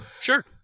Sure